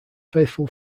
faithful